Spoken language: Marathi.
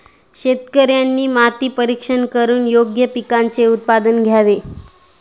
शेतकऱ्यांनी माती परीक्षण करून योग्य पिकांचे उत्पादन घ्यावे